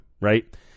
right